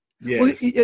Yes